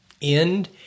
end